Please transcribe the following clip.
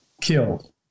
killed